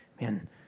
man